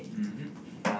mmhmm